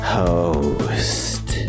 host